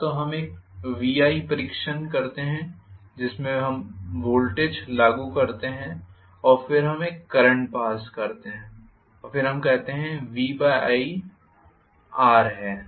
या तो हम एक VI परीक्षण करते हैं जिसमें वोल्टेज हम लागू करते हैं और फिर हम एक करंट पास करते हैं और फिर हम कहते हैं कि VI R है